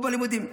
או בלימודים.